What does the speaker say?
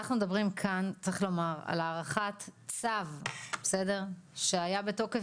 אנחנו מדברים כאן על הארכת צו שהיה בתוקף